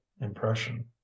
impression